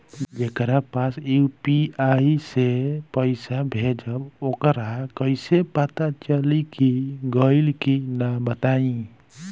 जेकरा पास यू.पी.आई से पईसा भेजब वोकरा कईसे पता चली कि गइल की ना बताई?